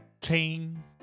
chain